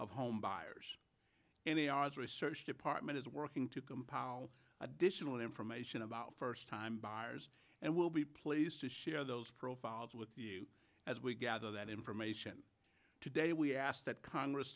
of home buyers and they are a research department is working to compile additional information about first time buyers and will be pleased to share those profiles with you as we gather that information today we ask that congress